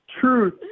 Truth